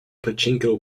pachinko